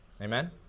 Amen